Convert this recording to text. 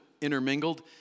intermingled